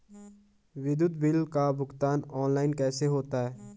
विद्युत बिल का भुगतान ऑनलाइन कैसे होता है?